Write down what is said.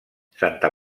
santa